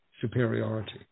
superiority